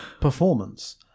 performance